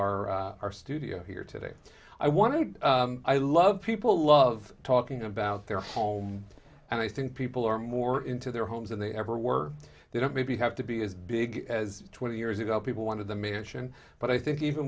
our our studio here today i wanted i love people love talking about their home and i think people are more into their homes and they ever were they don't maybe have to be as big as twenty years ago people wanted the mansion but i think even